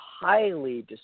highly